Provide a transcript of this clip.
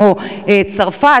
כמו צרפת,